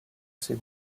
ces